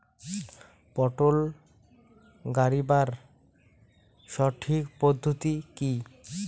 পটল গারিবার সঠিক পদ্ধতি কি?